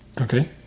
Okay